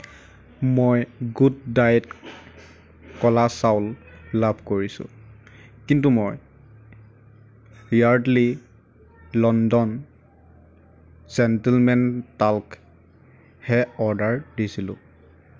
মই good diet কলা চাউল লাভ কৰিছোঁ কিন্তু মই য়াৰ্ডলী লণ্ডন জেণ্টলমেন টাল্কহে অৰ্ডাৰ দিছিলোঁ